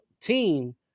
team